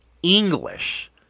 English